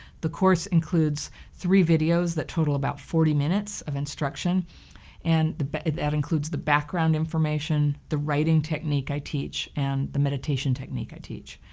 the course includes three videos that total about forty minutes of instruction and but that includes the background information, the writing technique i teach, and the meditation technique i teach.